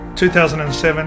2007